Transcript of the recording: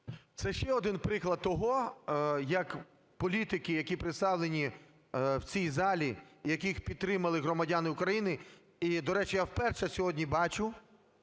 Це ще один приклад того, як політики, які представлені в цій залі і яких підтримали громадяни України, і, до речі, я вперше сьогодні бачу,